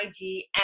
IG